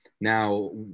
Now